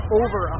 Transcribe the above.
over